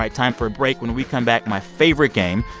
like time for a break. when we come back, my favorite game,